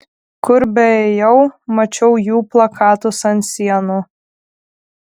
kur beėjau mačiau jų plakatus ant sienų